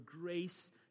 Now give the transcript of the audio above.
grace